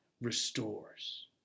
restores